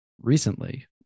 recently